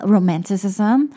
Romanticism